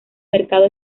mercado